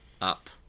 up